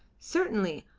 certainly,